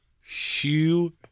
shoe